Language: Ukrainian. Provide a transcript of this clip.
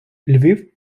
львів